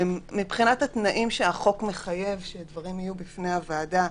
מבחינת התנאים שהחוק מחייב לשים בפני הוועדה: